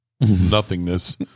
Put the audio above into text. nothingness